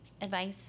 advice